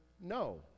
No